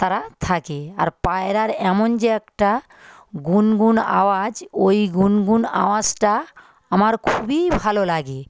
তারা থাকে আর পায়রার এমন যে একটা গুনগুন আওয়াজ ওই গুনগুন আওয়াজটা আমার খুবই ভালো লাগে